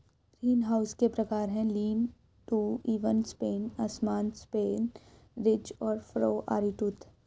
greenhouse के प्रकार है, लीन टू, इवन स्पेन, असमान स्पेन, रिज और फरो, आरीटूथ